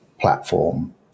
platform